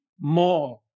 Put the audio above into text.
more